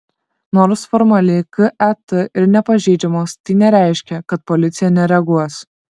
nors formaliai ket ir nepažeidžiamos tai nereiškia kad policija nereaguos